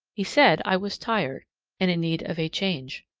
he said i was tired and in need of a change.